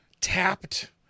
tapped